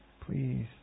please